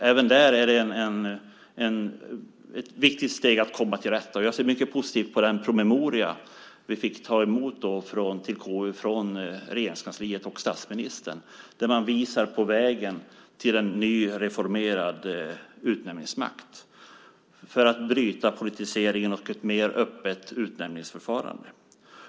Även där är det ett viktigt steg att man kommer till rätta med detta. Och jag ser mycket positivt på den promemoria som vi i KU fick ta emot från Regeringskansliet och statsministern, där man visar vägen till en ny och reformerad utnämningsmakt för att bryta politiseringen och få ett mer öppet utnämningsförfarande.